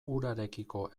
urarekiko